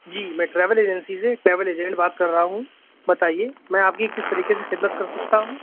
جی میں travel agency سے travel agent بات کر رہا ہوں بتایے میں آپ کی کس طریقے سے خدمت کر سکتا ہوں